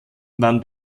waren